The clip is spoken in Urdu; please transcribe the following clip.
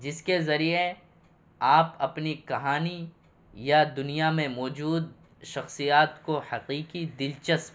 جس کے ذریعے آپ اپنی کہانی یا دنیا میں موجود شخصیات کو حقیقی دلچسپ